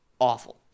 awful